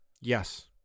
Yes